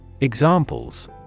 Examples